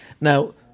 Now